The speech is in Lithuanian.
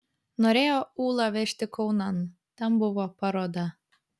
norėjo ūlą vežti kaunan ten buvo paroda